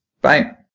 bye